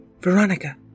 Veronica